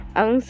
ang